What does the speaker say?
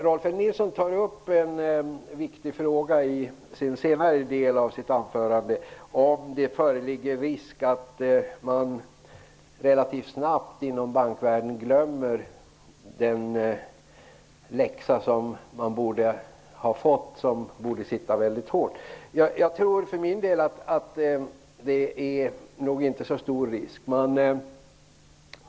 Rolf L Nilson tar i sin senare del av sitt anförande upp en viktig fråga, nämligen om det föreligger risk att man inom bankvärlden relativt snabbt glömmer den läxa som man borde ha fått, en läxa som borde sitta väldigt hårt. För min del tror jag inte att risken är så stor.